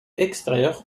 extérieur